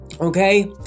Okay